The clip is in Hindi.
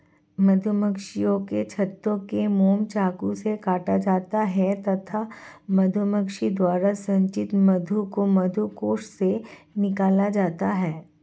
मधुमक्खियों के छत्ते का मोम चाकू से काटा जाता है तथा मधुमक्खी द्वारा संचित मधु को मधुकोश से निकाला जाता है